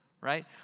right